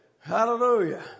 Hallelujah